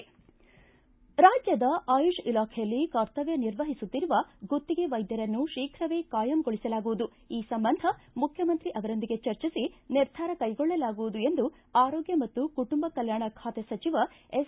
ರಾಜ್ಯದ ಆಯುಷ್ ಇಲಾಖೆಯಲ್ಲಿ ಕರ್ತವ್ಯ ನಿರ್ವಹಿಸುತ್ತಿರುವ ಗುತ್ತಿಗೆ ವೈದ್ಯರನ್ನು ಶೀಘ್ರವೇ ಕಾಯಂಗೊಳಿಸಲಾಗುವುದು ಈ ಸಂಬಂಧ ಮುಖ್ಯಮಂತ್ರಿ ಅವರೊಂದಿಗೆ ಚರ್ಚಿಸಿ ನಿರ್ಧಾರ ಕೈಗೊಳ್ಳಲಾಗುವುದು ಎಂದು ಆರೋಗ್ಯ ಮತ್ತು ಕುಟುಂಬ ಕಲ್ಕಾಣ ಖಾತೆ ಸಚಿವ ಎಸ್